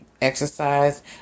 Exercise